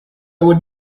would